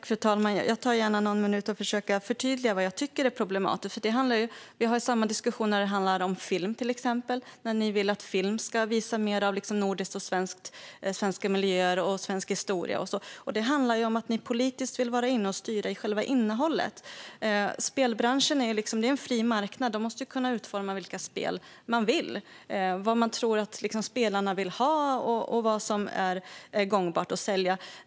Fru talman! Jag ska förtydliga vad jag tycker är problematiskt. Vi har samma diskussion när det gäller exempelvis film. Ni vill att film ska visa mer av nordiska och svenska miljöer och svensk historia. Det handlar om att ni politiskt vill in och styra över själva innehållet. Spelbranschen är en fri marknad, och den måste kunna utforma vilka spel den vill utifrån vad den tror att spelarna vill ha och vad som går att sälja.